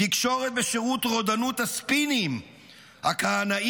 תקשורת בשירות רודנות הספינים הכהנאית,